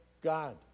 God